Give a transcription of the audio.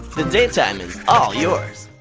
the day time is all yours.